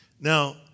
Now